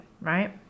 right